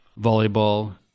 volleyball